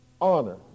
Honor